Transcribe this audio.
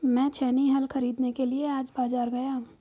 मैं छेनी हल खरीदने के लिए आज बाजार गया